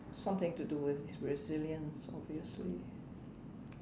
something to do with resilience obviously